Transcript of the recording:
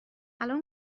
الان